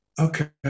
okay